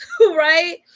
right